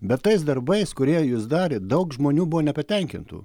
bet tais darbais kurie jos darė daug žmonių buvo nepatenkintų